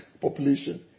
population